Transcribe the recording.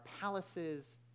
palaces